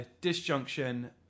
disjunction